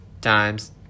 times